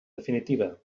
definitiva